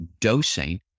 dosing